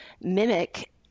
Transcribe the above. mimic